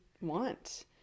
want